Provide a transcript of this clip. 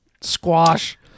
squash